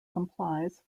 complies